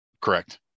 Correct